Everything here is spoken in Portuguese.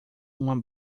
uma